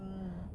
mm